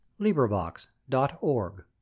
LibriVox.org